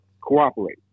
Cooperate